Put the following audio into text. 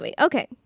Okay